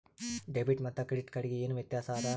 Debit ಮತ್ತ credit card ಗೆ ಏನ ವ್ಯತ್ಯಾಸ ಆದ?